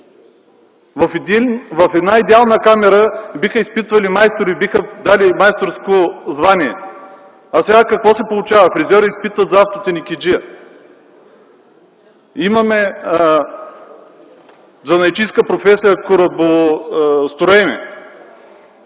В една идеална камара биха изпитвали майстори, биха давали майсторско звание. А сега какво се получава? Фризьор изпитва за автотенекеджия! Имаме занаятчийска професия корабостроене.